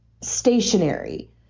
stationary